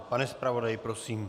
Pane zpravodaji, prosím.